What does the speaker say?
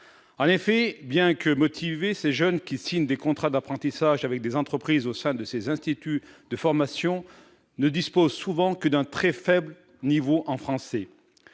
En effet, bien qu'ils soient motivés, ces jeunes qui signent des contrats d'apprentissage avec des entreprises au sein de ces instituts de formation ne disposent souvent que d'un niveau très faible en français.